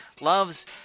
loves